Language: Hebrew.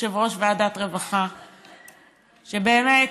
יושב-ראש ועדת הרווחה, שבאמת,